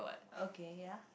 okay ya